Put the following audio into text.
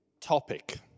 topic